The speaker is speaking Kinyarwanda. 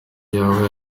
yaba